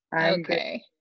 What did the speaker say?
Okay